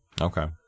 Okay